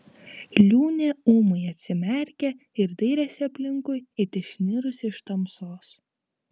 liūnė ūmai atsimerkė ir dairėsi aplinkui it išnirusi iš tamsos